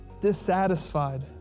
dissatisfied